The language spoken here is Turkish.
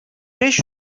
beş